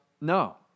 No